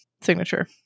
signature